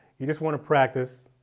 you just want to practice